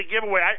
giveaway